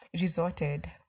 resorted